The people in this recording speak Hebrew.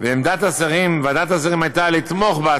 ועמדת ועדת השרים הייתה לתמוך בה,